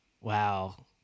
Wow